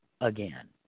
again